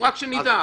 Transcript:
רק שנדע.